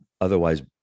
otherwise